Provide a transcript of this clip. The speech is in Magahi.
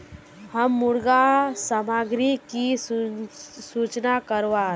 हम मुर्गा सामग्री की सूचना करवार?